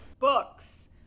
Books